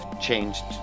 changed